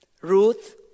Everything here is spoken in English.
Ruth